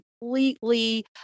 completely